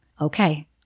okay